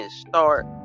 start